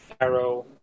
Arrow